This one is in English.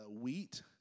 wheat